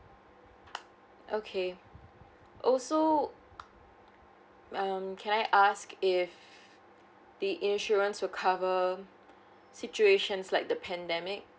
okay also um can I ask if the insurance to cover situations like the pandemic